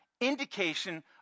indication